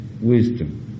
wisdom